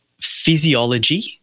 physiology